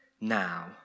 now